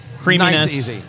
Creaminess